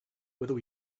whether